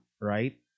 right